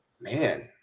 Man